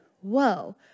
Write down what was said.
whoa